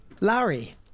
Larry